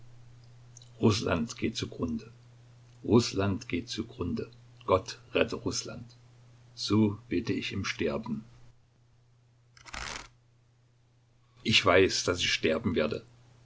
rußland geht zugrunde rußland geht zugrunde gott rette rußland so bete ich im sterben ich weiß daß ich sterben werde